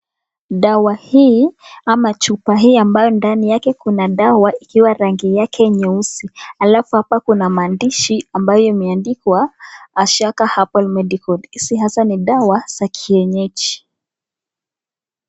Dawa hii ama chupa hii ambayo ndani yake kuna dawa ikiwa rangi yake nyeusi. Alafu hapa kuna maandishi ambayo imeandikwa Ashaka Herbal Medica l. Hizi hasa ni dawa za kienyeji.